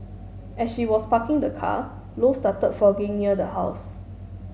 as she was parking the car Low started fogging near the house